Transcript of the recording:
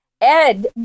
Ed